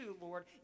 Lord